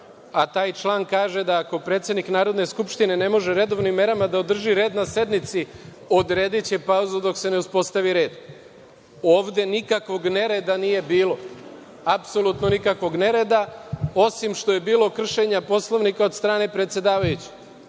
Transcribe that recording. a taj član kaže da ako predsednik Narodne skupštine ne može redovnim merama da održi red na sednici, odrediće pauzu dok se ne uspostavi red. Ovde nikakvog nereda nije bilo, apsolutno nikakvog nereda, osim što je bilo kršenja Poslovnika od strane predsedavajućeg,